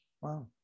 Wow